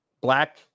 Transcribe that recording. black